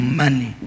money